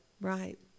right